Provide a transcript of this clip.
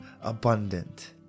abundant